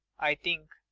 i think.